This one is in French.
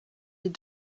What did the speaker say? les